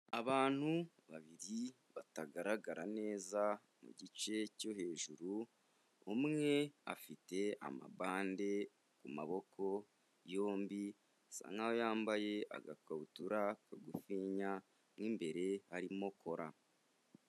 Abantu babiri batagaragara neza igice cyo hejuru, umwe afite amabande ku maboko yombi, asa nk'aho yambaye agakabutura kagufiya mo imbere harimo kora.